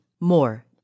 more